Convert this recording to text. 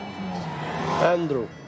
Andrew